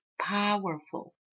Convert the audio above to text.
powerful